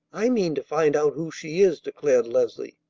i mean to find out who she is, declared leslie.